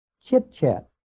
chit-chat